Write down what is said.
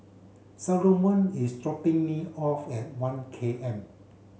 Salomon is dropping me off at One K M